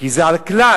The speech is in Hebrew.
כי זה על הכלל,